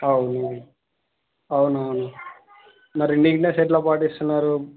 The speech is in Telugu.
అవును అవునవును మరి నీట్నెస్ ఎలా పాటిస్తున్నారు